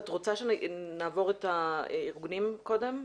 את רוצה שנעבור את הארגונים קודם?